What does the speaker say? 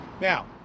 Now